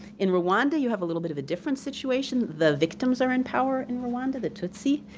in rwanda you have a little bit of a different situation, the victims are in power in rwanda, the tutsi,